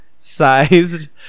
sized